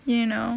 you know